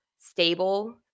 stable